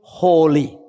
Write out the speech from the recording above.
holy